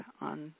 on